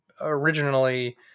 originally